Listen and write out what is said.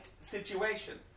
situation